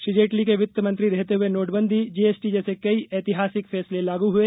श्री जेटली के वित्तमंत्री रहते हुए नोटबंदी जीएसटी जैसे कई ऐतिहासिक फैसले लागू हुए